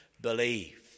believe